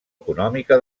econòmica